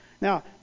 Now